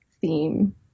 theme